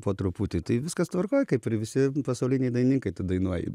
po truputį tai viskas tvarkoj kaip ir visi pasauliniai dainininkai tu dainuoji